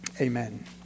Amen